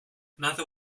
neither